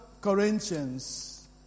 Corinthians